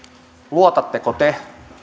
luotatteko te